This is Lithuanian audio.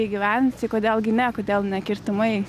įgyvendinti kodėl gi ne kodėl ne kirtimai